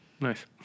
Nice